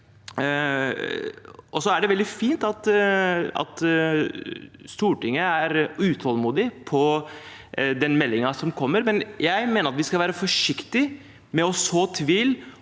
Det er veldig fint at Stortinget er utålmodig etter den meldingen som kommer, men jeg mener at vi skal være forsiktig med å så tvil